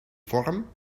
vorm